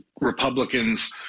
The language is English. Republicans